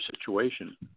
situation